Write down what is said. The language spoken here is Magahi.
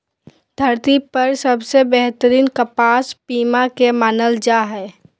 धरती पर सबसे बेहतरीन कपास पीमा के मानल जा हय